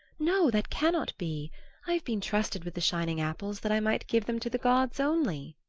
no, that cannot be. i have been trusted with the shining apples that i might give them to the gods only.